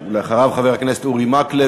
אחריו, חבר הכנסת אורי מקלב.